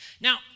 Now